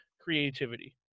creativity